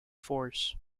force